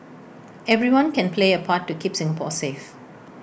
everyone can play A part to keep Singapore safe